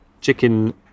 chicken